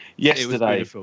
yesterday